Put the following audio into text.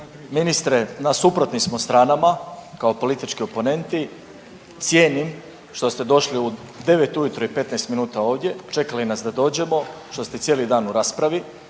ministre na suprotnim smo stranama kao politički oponenti, cijenim što ste došli u 9 ujutro i 15 minuta ovdje, čekali nas da dođemo, što ste cijeli dan u raspravi,